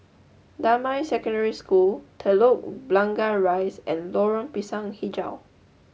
Damai Secondary School Telok Blangah Rise and Lorong Pisang Hijau